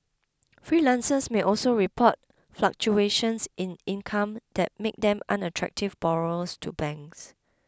freelancers may also report fluctuations in income that make them unattractive borrowers to banks